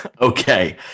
Okay